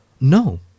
No